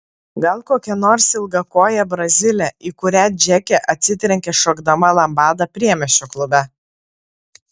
gal kokia nors ilgakojė brazilė į kurią džeke atsitrenkė šokdama lambadą priemiesčio klube